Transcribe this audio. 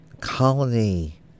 Colony